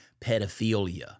pedophilia